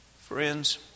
Friends